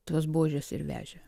tas buožes ir vežė